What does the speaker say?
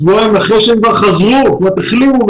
שבועיים אחרי שהם כבר חזרו והחלימו.